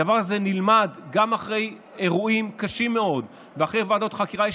הדבר הזה נלמד גם אחרי אירועים קשים מאוד ואחרי ועדות חקירה.